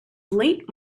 late